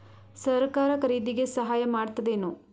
ಸರಕಾರ ಖರೀದಿಗೆ ಸಹಾಯ ಮಾಡ್ತದೇನು?